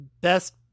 best